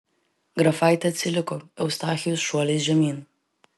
grafaitė atsiliko eustachijus šuoliais žemyn